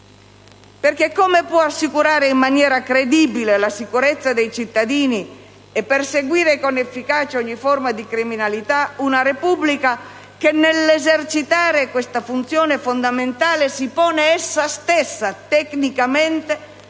perché come può assicurare in maniera credibile la sicurezza dei cittadini e perseguire con efficacia ogni forma di criminalità una Repubblica che, nell'esercitare questa funzione fondamentale, si pone essa stessa tecnicamente nella